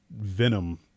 venom